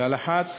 ועל אחת